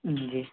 जी